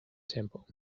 temple